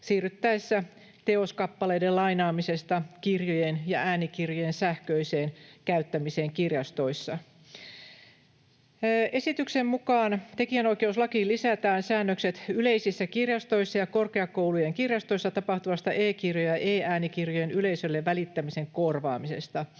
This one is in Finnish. siirryttäessä teoskappaleiden lainaamisesta kirjojen ja äänikirjojen sähköiseen käyttämiseen kirjastoissa. Esityksen mukaan tekijänoikeuslakiin lisätään säännökset yleisissä kirjastoissa ja korkeakoulujen kirjastoissa tapahtuvasta e-kirjojen ja e-äänikirjojen yleisölle välittämisen korvaamisesta.